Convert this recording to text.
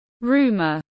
rumor